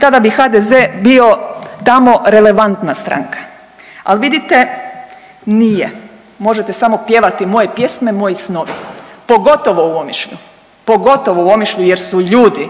tada bi HDZ bio tamo relevantna stranka. Al vidite nije, možete samo pjevati moje pjesme, moji snovi, pogotovo u Omišlju, pogotovo u Omišlju jer su ljudi